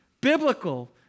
biblical